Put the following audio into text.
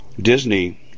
Disney